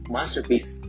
Masterpiece